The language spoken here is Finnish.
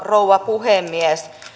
rouva puhemies